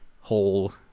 whole